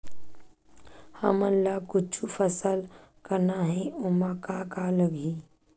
हमन ला कुछु फसल करना हे ओमा का का लगही?